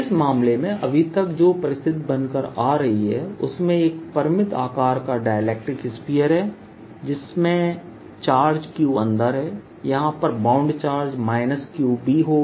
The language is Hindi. इस मामले में अभी तक जो परिस्थिति बनकर आ रही है उसमें एक परिमित आकार का डाइलेक्ट्रिक स्फीयर है जिसमें चार्ज Q अंदर है यहां पर एक बाउंड चार्ज QB होगा